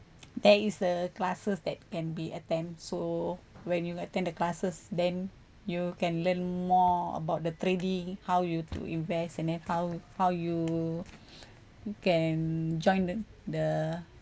there is a classes that can be attend so when you attend the classes then you can learn more about the trading how you to invest and then how how you can join the the